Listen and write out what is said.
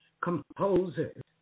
composers